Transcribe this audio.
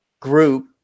group